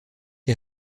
les